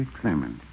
Clement